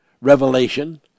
Revelation